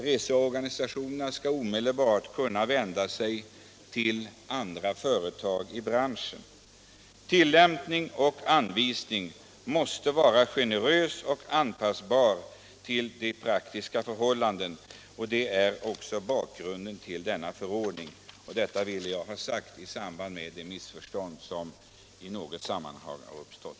Reseorganisatörerna skall omedelbart kunna vända sig till andra företag i branschen. Tillämpningen måste vara generös och anpassbar till de praktiska förhållandena. Detta ville jag ha sagt för att undanröja de missförstånd som i något sammanhang har uppstått.